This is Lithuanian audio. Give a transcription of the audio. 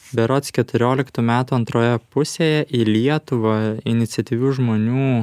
berods keturioliktų metų antroje pusėje į lietuvą iniciatyvių žmonių